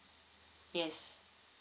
yes